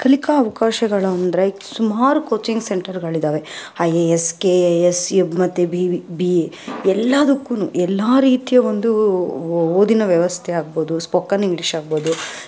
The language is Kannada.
ಕಲಿಕಾ ಅವಕಾಶಗಳಂದ್ರೆ ಸುಮಾರು ಕೋಚಿಂಗ್ ಸೆಂಟರ್ಗಳಿದಾವೆ I A S K A S ಮತ್ತು ಬಿ ವಿ ಬಿ ಇ ಎಲ್ಲಾದುಕ್ಕು ಎಲ್ಲ ರೀತಿಯ ಒಂದು ಓದಿನ ವ್ಯವಸ್ಥೆ ಆಗ್ಬೋದು ಸ್ಪೋಕನ್ ಇಂಗ್ಲೀಷ್ ಆಗ್ಬೋದು